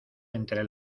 entre